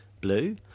blue